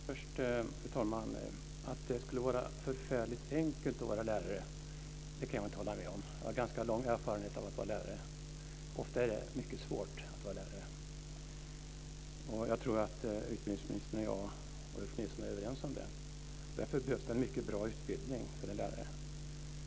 Fru talman! Att det skulle vara förfärligt enkelt att vara lärare kan jag inte hålla med om. Jag har ganska lång erfarenhet av att vara lärare. Ofta är det mycket svårt att vara lärare, och jag tror att utbildningsministern, jag och Ulf Nilsson är överens om det. Därför behövs det en mycket bra utbildning för en lärare.